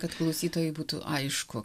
kad klausytojui būtų aišku